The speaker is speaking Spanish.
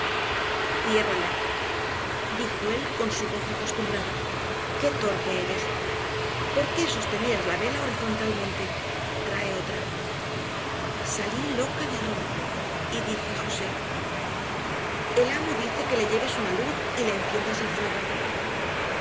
ciérrala dijo él con su voz acostumbrada qué torpe eres por qué sostenías la vela horizontalmente trae otra salí loca de horror y dije a josé el amo dice que le lleves una luz y le enciendas el fuego